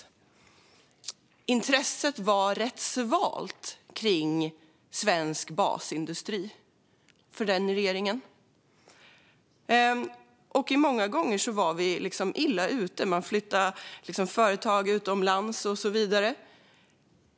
Den regeringens intresse för svensk basindustri var rätt svalt. Många gånger var vi illa ute - företag flyttade utomlands och så vidare.